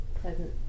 present